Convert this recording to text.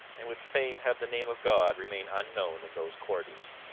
and would fain have the name of god remain unknown in those quarters.